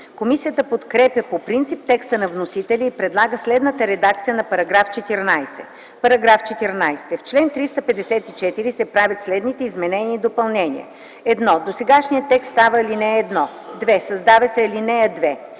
Комисията подкрепя по принцип текста на вносителя и предлага следната редакция на § 14: „§ 14. В чл. 354 се правят следните изменения и допълнения: 1. Досегашният текст става ал. 1. 2. Създава се ал. 2: